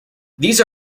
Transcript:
these